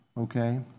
Okay